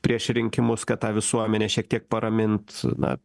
prieš rinkimus kad tą visuomenę šiek tiek paramint na